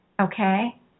Okay